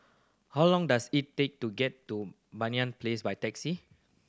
how long does it take to get to Banyan Place by taxi